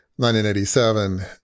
1987